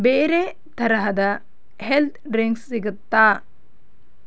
ಬೇರೆ ತರಹದ health drinks ಸಿಗತ್ತಾ